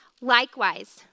Likewise